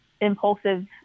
impulsive